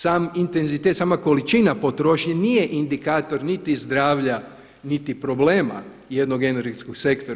Sam intenzitet, sama količina potrošnje nije indikator niti zdravlja niti problema jednog energetskog sektora.